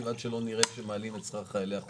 עד שלא נראה שמעלים את שכר חיילי החובה.